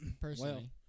personally